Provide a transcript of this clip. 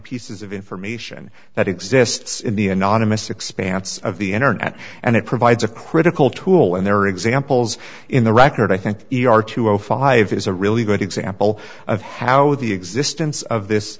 pieces of information that exists in the anonymous expanse of the internet and it provides a critical tool and there are examples in the record i think are two thousand and five is a really good example of how the existence of this